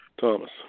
Thomas